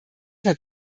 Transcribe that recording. hat